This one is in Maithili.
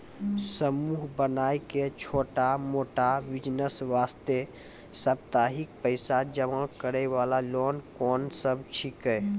समूह बनाय के छोटा मोटा बिज़नेस वास्ते साप्ताहिक पैसा जमा करे वाला लोन कोंन सब छीके?